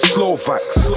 Slovaks